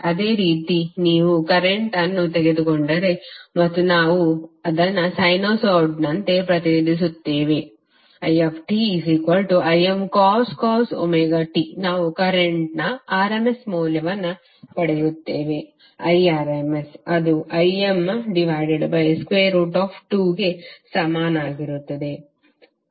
ಅದೇ ರೀತಿ ನೀವು ಕರೆಂಟ್ವನ್ನು ತೆಗೆದುಕೊಂಡರೆ ಮತ್ತು ನಾವು ಅದನ್ನು ಸೈನುಸಾಯ್ಡ್ನಂತೆ ಪ್ರತಿನಿಧಿಸುತ್ತೇವೆ itImcos t ನಾವು ಕರೆಂಟ್ನ rms ಮೌಲ್ಯವನ್ನು ಪಡೆಯುತ್ತೇವೆ Irms ಅದು Im2 ಗೆ ಸಮಾನವಾಗಿರುತ್ತದೆ